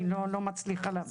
אני לא מצליחה להבין.